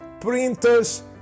printers